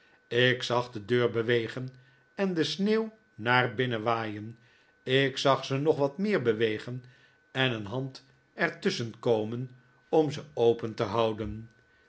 ik zag de deur bewegen en de sneeuw naar binnen waaien ik zag ze nog wat meer bewegen en een hand er tusschen komen om ze open te houden